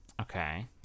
Okay